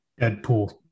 Deadpool